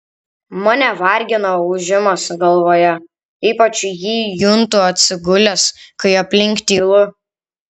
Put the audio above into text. mane vargina ūžimas galvoje ypač jį juntu atsigulęs kai aplink tylu